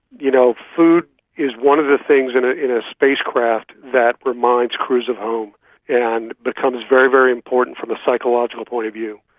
you know food is one of the things in ah in a spacecraft that reminds crews of home and becomes very, very important from a psychological point of view,